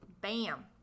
Bam